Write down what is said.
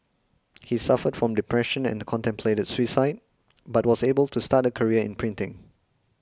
he suffered from depression and contemplated suicide but was able to start a career in printing